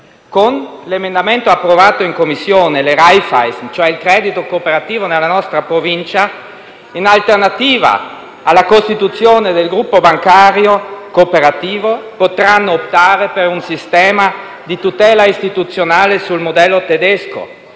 Con l'emendamento approvato in Commissione, le Raiffeisen, il credito cooperativo nella nostra Provincia, in alternativa alla costituzione del gruppo bancario cooperativo, potranno optare per un sistema di tutela istituzionale sul modello tedesco,